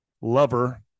lover